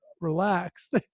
relaxed